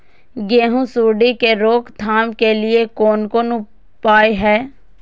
गेहूँ सुंडी के रोकथाम के लिये कोन कोन उपाय हय?